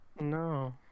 no